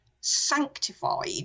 sanctified